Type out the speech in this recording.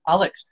Alex